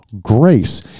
grace